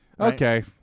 Okay